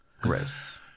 Gross